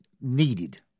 needed